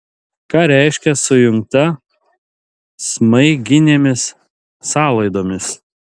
ką reiškia sujungta smaiginėmis sąlaidomis